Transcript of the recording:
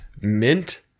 mint